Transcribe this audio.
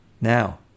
now